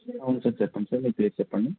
అవును సార్ చెప్పండి సార్ మీ పేరు చెప్పండి